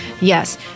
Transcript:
Yes